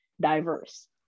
diverse